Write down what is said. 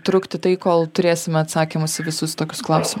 trukti tai kol turėsime atsakymus į visus tokius klausimus